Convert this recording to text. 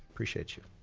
appreciate you.